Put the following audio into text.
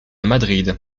madrid